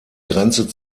grenze